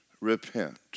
repent